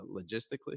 logistically